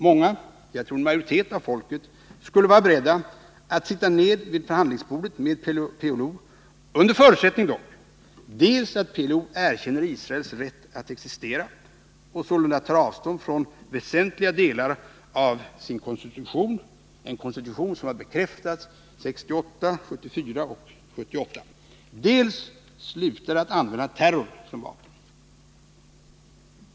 Många — jag tror en majoritet av folket — skulle vara beredda att sitta ned vid förhandlingsbordet med PLO, under förutsättning dock: dels att PLO erkänner Israels rätt att existera och sålunda tar avstånd från väsentliga delar av sin konstitution, en konstitution som har bekräftats 1968, 1974 och 1978, dels slutar att använda terror som vapen.